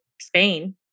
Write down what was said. Spain